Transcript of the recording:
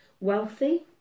wealthy